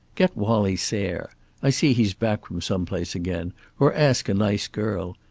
get wallie sayre i see he's back from some place again or ask a nice girl.